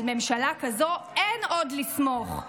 על ממשלה כזאת אין עוד לסמוך.